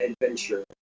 Adventure